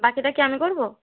বাকিটা কি আমি করবো